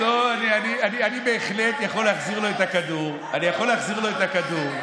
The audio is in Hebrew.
אני בהחלט יכול להחזיר לו את הכדור.